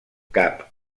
cap